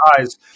eyes